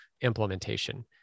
implementation